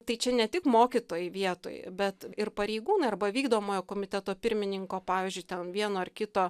tai čia ne tik mokytojai vietoj bet ir pareigūnai arba vykdomojo komiteto pirmininko pavyzdžiui ten vieno ar kito